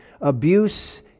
abuse